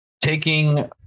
taking